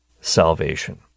salvation